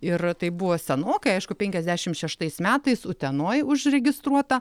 ir tai buvo senokai aišku penkiasdešim šeštais metais utenoj užregistruota